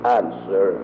answer